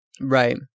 right